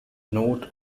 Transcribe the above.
note